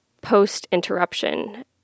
post-interruption